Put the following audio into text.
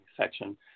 section